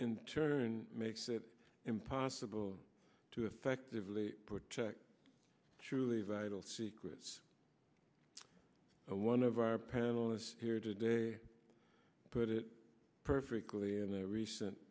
in turn makes it impossible to effectively protect truly vital secrets one of our panelists here today put it perfectly in a recent